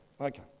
okay